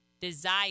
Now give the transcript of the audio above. desire